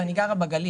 ואני גרה בגליל.